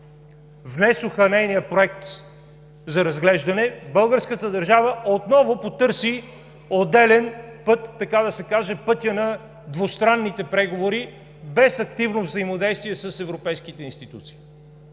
внесоха нейния проект за разглеждане, българската държава отново потърси отделен път, така да се каже, пътя на двустранните преговори, без активно взаимодействие с европейските институции